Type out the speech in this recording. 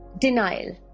Denial